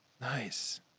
Nice